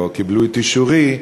או קיבלו את אישורי,